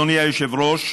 אדוני היושב-ראש,